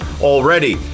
already